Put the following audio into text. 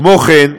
כמו כן,